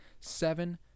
seven